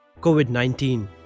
COVID-19